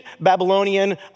Babylonian